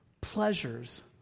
pleasures